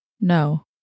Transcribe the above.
No